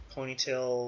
ponytail